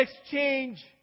exchange